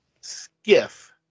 skiff